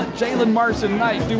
jaylen marson-knight.